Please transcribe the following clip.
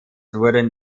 wurden